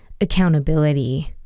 accountability